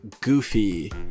goofy